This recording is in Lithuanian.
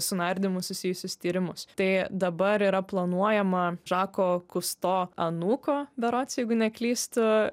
su nardymu susijusius tyrimus tai dabar yra planuojama žako kusto anūko berods jeigu neklystu